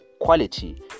quality